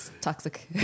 toxic